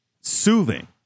soothing